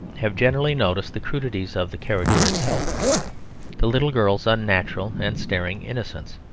have generally noticed the crudities of the character itself the little girl's unnatural and staring innocence,